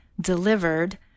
delivered